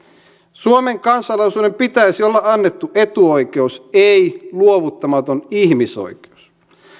suomen kansalaisuuden pitäisi olla annettu etuoikeus ei luovuttamaton ihmisoikeus